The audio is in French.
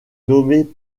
nommé